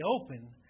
open